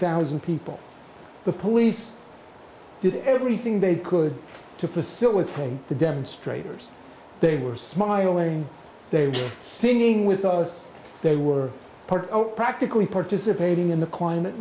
thousand people the police i did everything they could to facilitate the demonstrators they were smiling they were singing with us they were practically participating in the